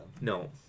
no